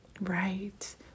Right